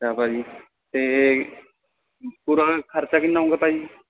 ਹਾਂ ਭਾਅ ਜੀ ਅਤੇ ਪੂਰਾ ਖਰਚਾ ਕਿੰਨਾਂ ਹੋਵੇਗਾ ਭਾਅ ਜੀ